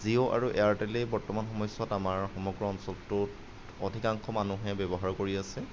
জিঅ আৰু এয়াৰটেলেই বৰ্তমান সময়ছোৱাত আমাৰ সমগ্ৰ অঞ্চলটোত অধিকাংশ মানুহে ব্যৱহাৰ কৰি আছে